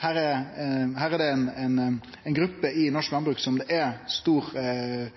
det ei gruppe i norsk landbruk som det er stor